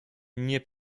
nie